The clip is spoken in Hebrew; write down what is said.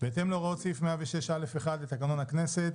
בהתאם להוראות סעיף 106(א)(1) לתקנון הכנסת,